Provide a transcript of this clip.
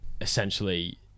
essentially